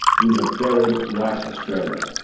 we have buried white australia,